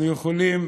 אנחנו יכולים